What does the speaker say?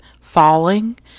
Falling